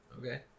Okay